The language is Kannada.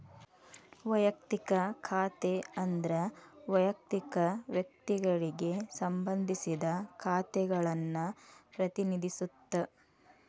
ವಯಕ್ತಿಕ ಖಾತೆ ಅಂದ್ರ ವಯಕ್ತಿಕ ವ್ಯಕ್ತಿಗಳಿಗೆ ಸಂಬಂಧಿಸಿದ ಖಾತೆಗಳನ್ನ ಪ್ರತಿನಿಧಿಸುತ್ತ